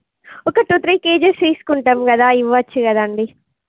ఒక two three cages తీసుకుంటాం కదా ఇవ్వచ్చు కదండి